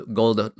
gold